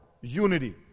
unity